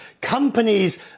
companies